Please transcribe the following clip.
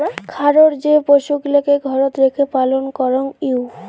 খারর যে পশুগিলাকে ঘরত রেখে পালন করঙ হউ